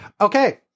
Okay